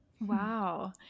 Wow